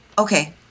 Okay